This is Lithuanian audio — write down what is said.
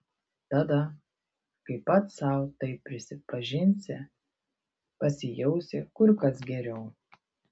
tada kai pats sau tai prisipažinsi pasijausi kur kas geriau